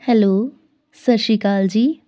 hello ਸਤਿ ਸ਼੍ਰੀ ਅਕਾਲ ਜੀ